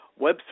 website